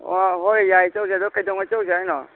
ꯑꯣ ꯍꯣꯏ ꯌꯥꯏꯑꯦ ꯆꯧꯁꯦ ꯑꯗꯣ ꯀꯩꯗꯧꯉꯩ ꯆꯧꯁꯦ ꯍꯥꯏꯅꯣ